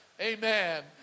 Amen